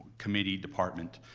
committee department.